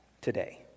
today